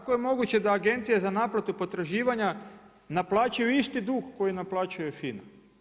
Kako je moguće da Agencije za naplatu potraživanja naplaćuju isti dug koji naplaćuje FINA?